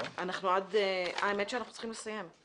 האמת שאנחנו צריכים לסיים.